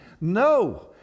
No